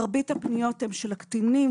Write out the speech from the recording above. מרבית הפניות הן של הקטינים,